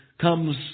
comes